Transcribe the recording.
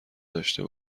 داشته